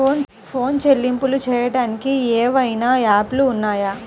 Phone చెల్లింపులు చెయ్యటానికి ఏవైనా యాప్లు ఉన్నాయా?